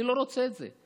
אני לא רוצה את זה.